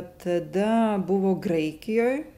tada buvo graikijoj